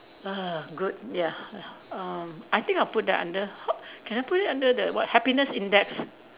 ah good ya ya uh I think I'll put that under h~ can I put it under the what happiness index